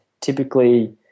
typically